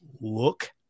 look